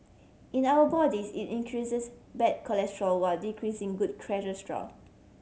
in our bodies it increases bad cholesterol while decreasing good cholesterol